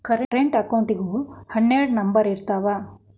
current ಅಕೌಂಟಿಗೂ ಹನ್ನೆರಡ್ number ಇರ್ತಾವ